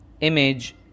image